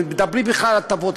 מדברים בכלל על הטבות.